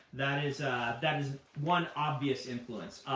that is that is one obvious influence.